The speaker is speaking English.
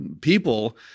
people